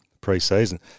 pre-season